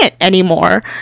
anymore